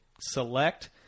select